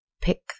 pick